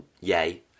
yay